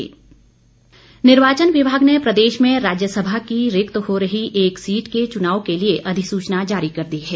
अधिसुचना निर्वाचन विभाग ने प्रदेश में राज्यसभा की रिक्त हो रही एक सीट के चुनाव के लिए अधिसूचना जारी कर दी है